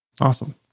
Awesome